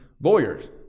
Lawyers